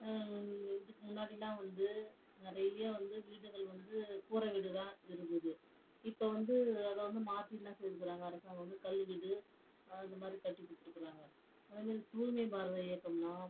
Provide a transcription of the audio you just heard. இதுக்கு முன்னாடிலாம் வந்து நிறைய வந்து வீடுகள் வந்து கூரை வீடு தான் இருந்தது இப்போ வந்து அதை வந்து மாற்றி என்ன செஞ்சுக்கிறாங்க அரசாங்கம் வந்து கல் வீடு அது மாதிரி கட்டி கொடுத்துருக்குறாங்க அதேமாரி தூய்மை பாரத இயக்கம்னா